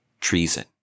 treason